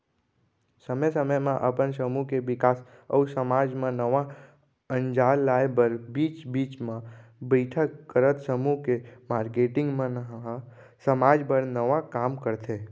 समे समे म अपन समूह के बिकास अउ समाज म नवा अंजार लाए बर बीच बीच म बइठक करत समूह के मारकेटिंग मन ह समाज बर नवा काम करथे